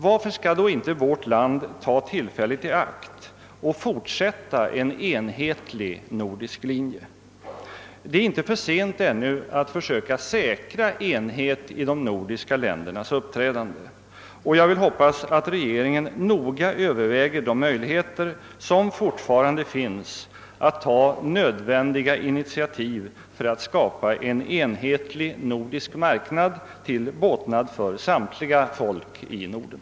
Varför skall då inte vårt land ta tillfället i akt och fortsätta en enhetlig nordisk linje? Det är inte för sent ännu att försöka säkra enhet i de nordiska ländernas uppträdande. Jag hoppas att regeringen noggrant överväger de möjligheter som fortfarande finns att ta nödvändiga initiativ för att skapa en enhetlig nordisk marknad till båtnad för samtliga folk i Norden.